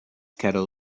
kettle